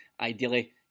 ideally